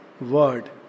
word